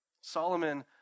Solomon